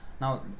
Now